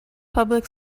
public